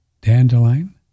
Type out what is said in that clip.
Dandelion